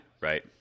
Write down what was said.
right